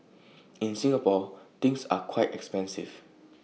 in Singapore things are quite expensive